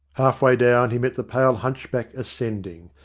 half way down he met the pale hunchback ascending.